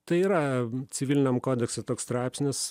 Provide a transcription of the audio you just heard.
tai yra civiliniam kodekse toks straipsnis